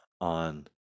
on